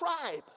tribe